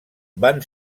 van